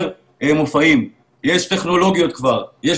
אחרות אבל הדת שלי היא תרבות ואני לא יכולה לחיות